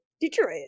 Detroit